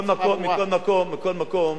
מכל מקום,